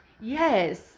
yes